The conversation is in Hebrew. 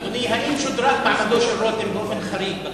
אדוני, האם שודרג מעמדו של רותם באופן חריג בכנסת?